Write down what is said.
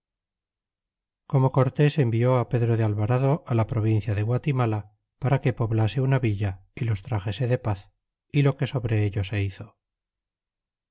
como corts envió pedro de alvarado la provincia de guatimala para que poblase una villa y los traxese de paz y lo que sobre ello se hizo